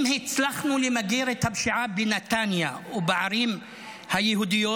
אם הצלחנו למגר את הפשיעה בנתניה או בערים היהודיות,